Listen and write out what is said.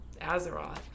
Azeroth